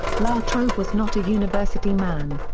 la trobe was not a university man.